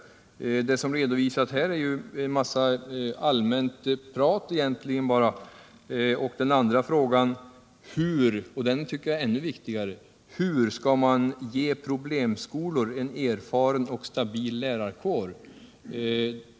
Det som redovisas här är bara en mängd allmänt prat. Jag ställde vidare en fråga om hur man skall ge problemskolor en erfaren och stabil lärarkår.